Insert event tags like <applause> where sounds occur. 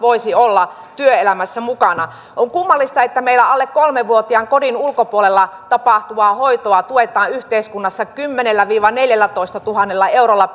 voi olla työelämässä mukana on kummallista että meillä alle kolme vuotiaan kodin ulkopuolella tapahtuvaa hoitoa tuetaan yhteiskunnassa kymmenellätuhannella viiva neljällätoistatuhannella eurolla <unintelligible>